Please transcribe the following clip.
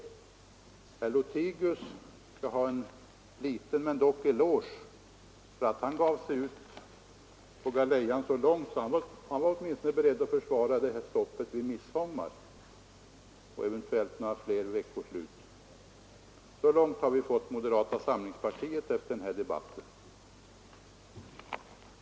Herr Lothigius skall ha en eloge — låt vara att den blir liten — för att han gav sig så långt ut på galejan att han åtminstone var beredd att försvara stoppet för lastbilar vid midsommar och eventuellt ytterligare några veckoslut. Så långt har vi fått moderata samlingspartiet i och med den här debatten.